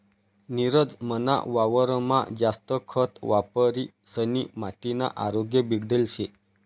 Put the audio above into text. नीरज मना वावरमा जास्त खत वापरिसनी मातीना आरोग्य बिगडेल शे